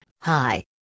Hi